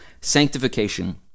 sanctification